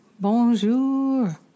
Bonjour